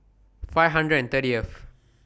five hundred and thirth